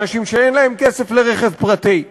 באנשים שאין להם כסף לרכב פרטי.